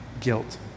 guilt